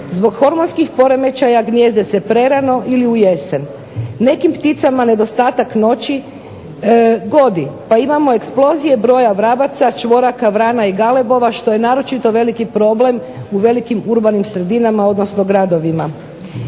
Zbog hormonskih poremećaja gnijezde se prerano ili u jesen. Nekim pticama nedostatak noći godi, pa imamo eksplozije broj vrabaca, čvoraka, vrana i galebova što je naročito veliki problem u urbanim sredinama odnosno gradovima.